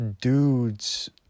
dudes